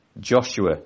Joshua